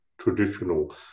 traditional